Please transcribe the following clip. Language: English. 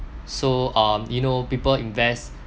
so um you know people invest